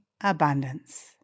abundance